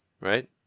Right